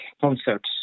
concerts